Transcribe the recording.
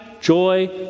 joy